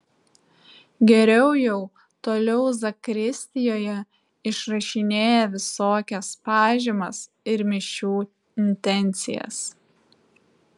geriau jau toliau zakristijoje išrašinėja visokias pažymas ir mišių intencijas